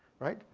right.